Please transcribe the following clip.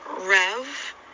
Rev